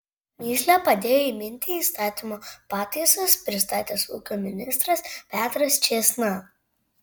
mįslę padėjo įminti įstatymo pataisas pristatęs ūkio ministras petras čėsna